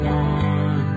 one